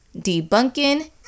Debunking